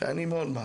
שאני מאוד מעריך,